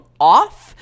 off